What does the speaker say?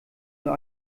nur